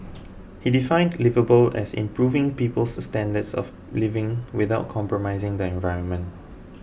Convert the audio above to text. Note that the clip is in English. he defined liveable as improving people's standards of living without compromising the environment